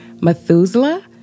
Methuselah